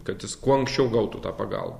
kad jis kuo anksčiau gautų tą pagalbą